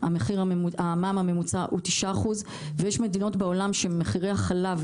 המע"מ הממוצע הוא 9% ויש מדינות בעולם שמחירי החלב,